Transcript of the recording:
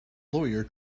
lawyer